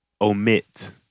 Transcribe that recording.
omit